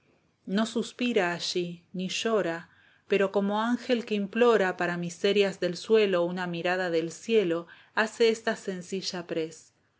no suspira allí ni llora pero como ángel que implora para miserias del suelo una mirada del cielo hace esta sencilla prez